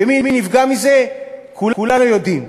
ומי נפגע מזה כולנו יודעים.